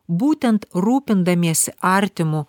būtent rūpindamiesi artimu